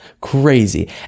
crazy